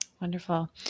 Wonderful